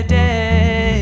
day